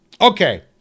Okay